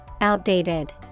Outdated